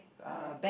alright